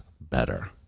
better